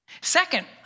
Second